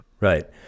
Right